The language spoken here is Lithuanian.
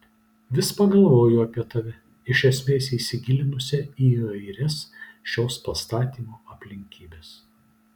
vis pagalvoju apie tave iš esmės įsigilinusią į įvairias šios pastatymo aplinkybes